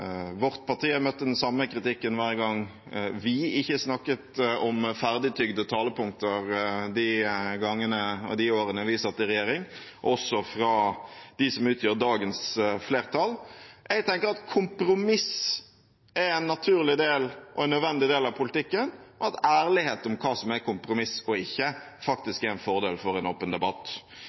Vårt parti møtte den samme kritikken hver gang vi ikke snakket om ferdigtygde talepunkter de årene vi satt i regjering – også fra dem som utgjør dagens flertall. Jeg tenker at kompromiss er en naturlig og nødvendig del av politikken, og at ærlighet om hva som er kompromiss og ikke, faktisk er en fordel for en åpen debatt.